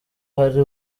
hari